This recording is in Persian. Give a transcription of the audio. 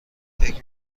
فکر